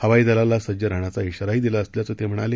हवाईदलालासज्जराहण्याचा शाराहीदिलाअसल्याचंतेम्हणाले